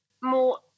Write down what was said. more